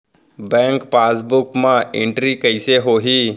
Bank passbook मा entry कइसे होही?